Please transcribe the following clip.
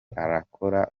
arakora